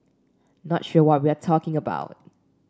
not sure what we're talking about